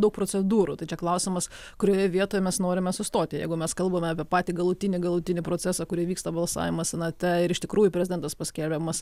daug procedūrų tai čia klausimas kurioje vietoje mes norime sustoti jeigu mes kalbame apie patį galutinį galutinį procesą kur įvyksta balsavimas senate ir iš tikrųjų prezidentas paskelbiamas